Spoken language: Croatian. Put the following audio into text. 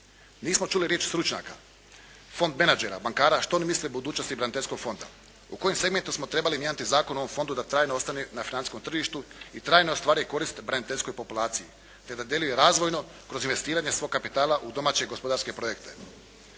Nismo čuli riječ stručnjaka, fond menadžera, bankara, što oni misle o budućnosti braniteljskog fonda. U kojem segmentu smo trebali mijenjati zakon o ovom Fondu da trajno ostane na financijskom tržištu i trajno ostvaruje korist braniteljskoj populaciji, te da djeluje razvojno kroz investiranje svog kapitala u domaće i gospodarske projekte.